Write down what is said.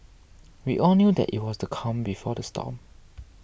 we all knew that it was the calm before the storm